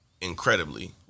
Incredibly